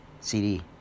CD